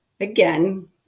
again